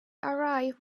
arrived